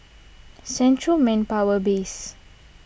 Central Manpower Base